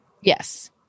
yes